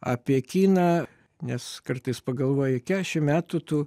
apie kiną nes kartais pagalvoji kešim metų tu